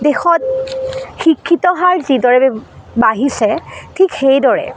দেশত শিক্ষিত হাৰ যিদৰে বাঢ়িছে ঠিক সেইদৰে